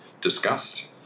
discussed